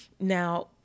Now